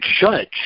judge